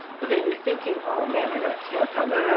but then you're thinking oh man i got a camp out no,